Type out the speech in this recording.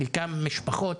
חלקם משפחות